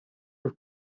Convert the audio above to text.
have